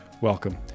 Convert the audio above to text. welcome